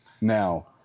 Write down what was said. Now